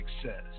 success